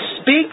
speak